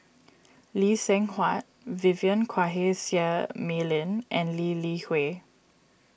Lee Seng Huat Vivien Quahe Seah Mei Lin and Lee Li Hui